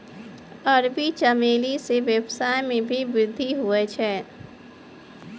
अरबी चमेली से वेवसाय मे भी वृद्धि हुवै छै